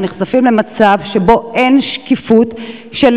אנחנו נחשפים למצב שבו אין שקיפות של